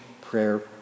prayer